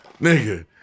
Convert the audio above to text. Nigga